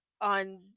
on